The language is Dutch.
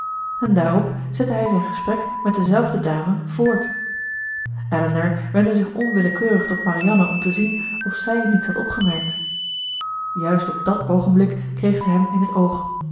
en daarop zette hij zijn gesprek met dezelfde dame voort elinor wendde zich onwillekeurig tot marianne om te zien of zij niets had opgemerkt juist op dat oogenblik kreeg zij hem in het oog